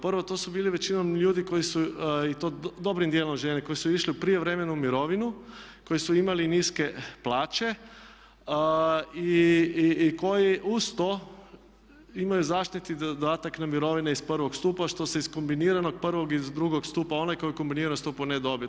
Prvo to su bili većinom ljudi koji su i to dobrim dijelom žene koji su išli u prijevremenu mirovinu, koji su imali niske plaće i koji uz to imaju zaštitni dodatak na mirovine iz prvog stupa što se iz kombiniranog prvog i drugog stupa, onaj koji u kombiniranom stupu ne dobi.